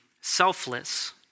selfless